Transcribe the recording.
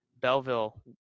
Belleville